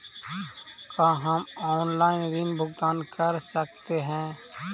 का हम आनलाइन ऋण भुगतान कर सकते हैं?